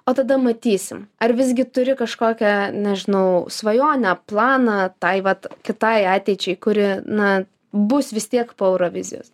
o tada matysim ar visgi turi kažkokią nežinau svajonę planą tai vat kitai ateičiai kuri na bus vis tiek po eurovizijos